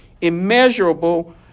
immeasurable